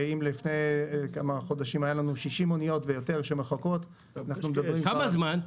אם לפני כמה חודשים היו לנו 60 אוניות ויותר שמחכות --- כמה זמן?